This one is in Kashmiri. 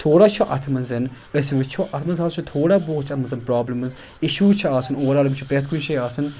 تھوڑا چھُ اَتھ منٛز أسۍ وُچھو اَتھ منٛز ہَسا چھُ تھوڑا بہت چھِ اَتھ منٛز پرٛابلِمٕز اِشوٗز چھِ آسان اوٚوَرآل یِم چھِ پرٮ۪تھ کُنہِ جایہِ آسان